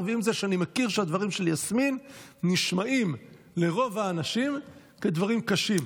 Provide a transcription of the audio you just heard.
ועם זה שאני מכיר שהדברים של יסמין נשמעים לרוב האנשים דברים קשים.